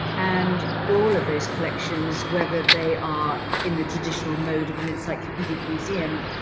and all of those collections, whether they are in the traditional mode of an encyclopedic museum,